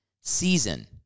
season